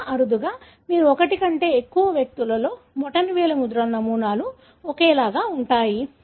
చాలా అరుదుగా మీరు ఒకటి కంటే ఎక్కువ వ్యక్తులలో బొటనవేలు ముద్రణ నమూనాలు ఒకేలా ఉంటాయి